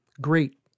Great